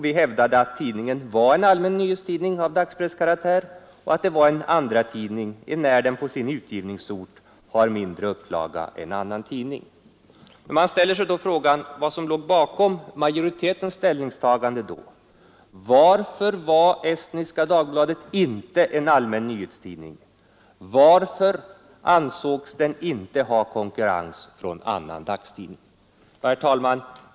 Vi hävdade att tidningen var en allmän daglig tidning av dagspresskaraktär och att den var en andratidning, enär den på sin utgivningsort har mindre upplaga än annan tidning. Man ställer sig frågan vad som då låg bakom majoritetens ställningstagande. Varför var Estniska Dagbladet inte en allmän nyhetstidning? Varför ansågs den inte ha konkurrens från annan dagstidning? Herr talman!